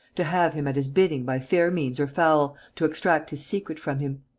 to have him at his bidding by fair means or foul, to extract his secret from him.